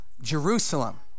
Jerusalem